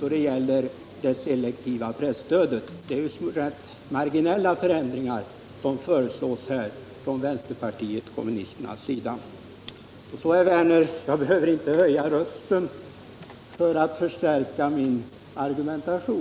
då det gäller det selektiva presstödet. Det är ju rätt marginella förändringar som föreslås här från vänsterpartiet kommunisternas sida. Herr Werner, jag behöver inte höja rösten för att förstärka min argumentation.